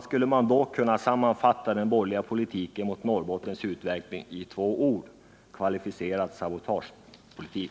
Avslutningsvis kan den borgerliga politiken mot en utveckling i Norrbotten kunna sammanfattas i två ord: kvalificerad sabotagepolitik.